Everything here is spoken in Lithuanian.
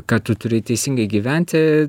kad tu turi teisingai gyventi